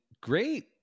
great